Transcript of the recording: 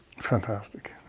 Fantastic